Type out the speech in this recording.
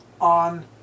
on